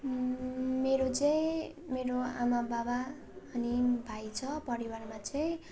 मेरो चाहिँ मेरो आमा बाबा अनि भाइ छ परिवारमा चाहिँ